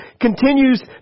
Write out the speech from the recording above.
continues